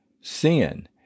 sin